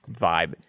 vibe